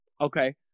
Okay